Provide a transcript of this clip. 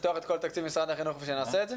לפתוח את כל ‏תקציב משרד החינוך ושנעשה את זה?